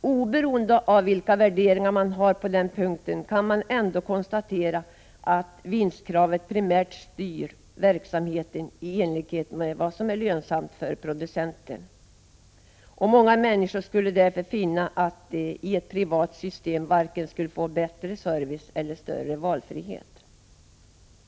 men oberoende av vilka värderingar man har på den punkten kan man ändå konstatera att vinstkravet primärt styr verksamheten i enlighet med vad som är lönsamt för producenten. Många människor skulle därför finna att de i ett privat system varken skulle få bättre service eller större valfrihet.